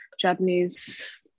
japanese